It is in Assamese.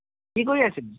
কি কৰি আছিলি